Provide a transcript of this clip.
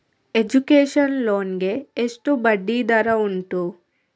Education loan ಗೆ ಎಷ್ಟು ಬಡ್ಡಿ ದರ ಉಂಟು?